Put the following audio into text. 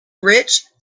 rich